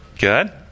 Good